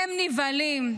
הם נבהלים,